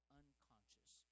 unconscious